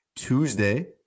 Tuesday